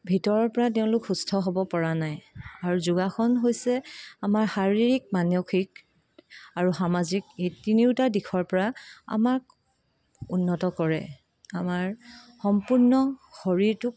ভিতৰৰ পৰা তেওঁলোক সুস্থ হ'ব পৰা নাই আৰু যোগাসন হৈছে আমাৰ শাৰীৰিক মানসিক আৰু সামাজিক এই তিনিওটা দিশৰ পৰা আমাক উন্নত কৰে আমাৰ সম্পূৰ্ণ শৰীৰটোক